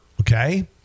okay